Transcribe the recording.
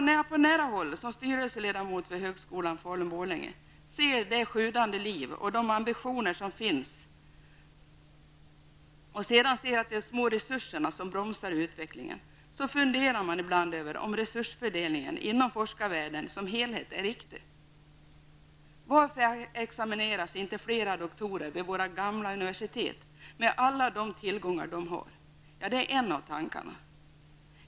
När jag på nära håll -- som styrelseledamot i högskolan i Falun/Borlänge -- ser det sjudande liv och de ambitioner som finns, och sedan ser att det är de små resurserna som bromsar utvecklingen, så funderar jag ibland över om resursfördelningen inom forskarvärlden som helhet är riktig. Varför examineras inte flera doktorer vid våra ''gamla'' universitet med alla de tillgångar de har? Ja, det är en av tankarna.